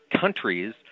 countries